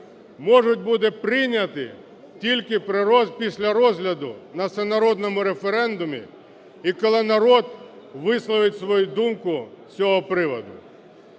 можуть бути прийняті тільки після розгляду на всенародному референдумі, і коли народ висловить свою думку з цього приводу.